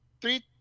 three